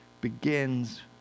begins